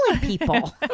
people